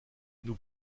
nous